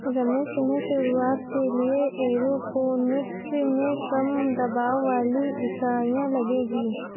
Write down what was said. रमेश तुम्हें शुरुआत के लिए एरोपोनिक्स में कम दबाव वाली इकाइयां लगेगी